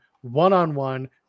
one-on-one